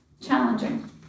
Challenging